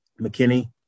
McKinney